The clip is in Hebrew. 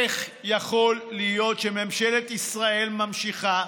איך יכול להיות שממשלת ישראל ממשיכה,